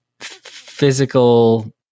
physical